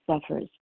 suffers